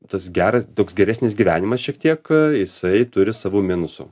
tas gera toks geresnis gyvenimas šiek tiek jisai turi savų minusų